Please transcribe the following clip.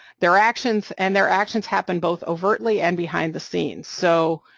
their actions and their actions happen both overtly and behind the scenes, so